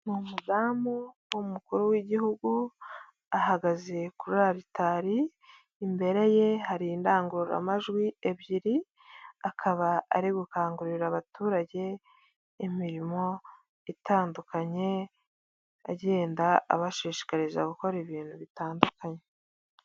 Ni umudamu w'umukuru w'igihugu, ahagaze kuri aritari, imbere ye hari indangururamajwi ebyiri, akaba ari gukangurira abaturage imirimo itandukanye, agenda abashishikariza gukora ibintu bitandukanye.